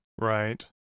Right